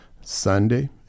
Sunday